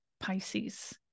Pisces